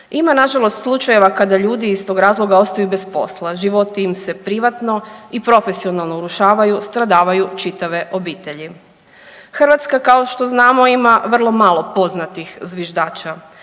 Ima na žalost slučajeva kada ljudi iz tog razloga ostaju bez posla, životi im se privatno i profesionalno urušavaju, stradavaju čitave obitelji. Hrvatska kao što znamo ima vrlo malo poznatih zviždača,